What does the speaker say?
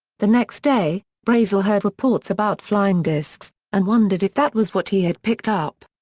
the next day, brazel heard reports about flying discs and wondered if that was what he had picked up.